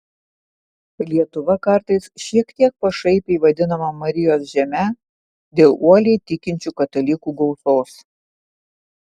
lietuva kartais šiek tiek pašaipiai vadinama marijos žeme dėl uoliai tikinčių katalikų gausos